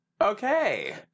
Okay